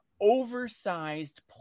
oversized